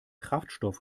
kraftstoff